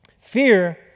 Fear